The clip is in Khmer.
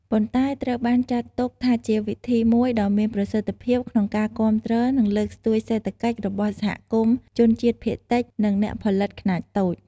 ប៉ុន្តែត្រូវបានចាត់ទុកថាជាវិធីមួយដ៏មានប្រសិទ្ធភាពក្នុងការគាំទ្រនិងលើកស្ទួយសេដ្ឋកិច្ចរបស់សហគមន៍ជនជាតិភាគតិច និងអ្នកផលិតខ្នាតតូច។